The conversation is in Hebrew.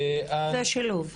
זה שילוב.